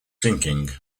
sinking